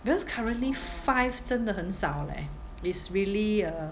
because currently five 真的很少 leh it's really a